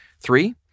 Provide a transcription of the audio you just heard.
Three